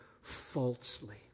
falsely